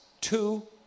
two